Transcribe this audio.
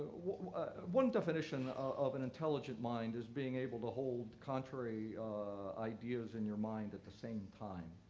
one definition of an intelligent mind is being able to hold contrary ideas in your mind at the same time,